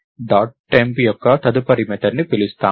temp యొక్క తదుపరి method ని పిలుస్తాము